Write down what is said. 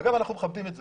אגב, אנחנו מכבדים את זה.